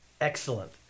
Excellent